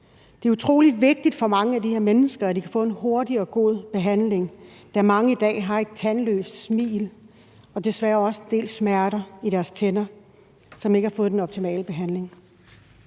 Det er utrolig vigtigt for mange af de her mennesker, at de kan få en hurtig og god behandling, da mange i dag har et tandløst smil og desværre også en del smerter i deres tænder, som ikke har fået den optimale behandling.